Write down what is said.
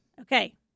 Okay